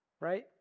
Right